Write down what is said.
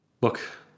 look